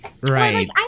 right